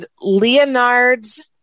Leonard's